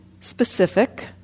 specific